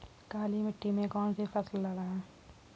काली मिट्टी में कौन सी फसल लगाएँ?